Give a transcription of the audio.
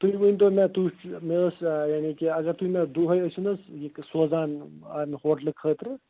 تُہۍ ؤنۍتو مےٚ تُہۍ مےٚ ٲس یعنی کہِ اگر تُہۍ دۄہے ٲسِو نہَ حظ یہِ تہِ سوزان اَمہِ ہوٹلہٕ خٲطرٕ